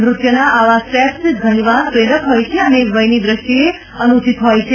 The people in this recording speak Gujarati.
નૃત્યના આવા સ્ટેપ્સ ઘણી વાર પ્રેરક હોય છે અને વયની દ્રષ્ટિએ અનુચિત હોય છે